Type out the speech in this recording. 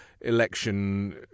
election